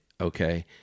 Okay